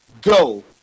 Go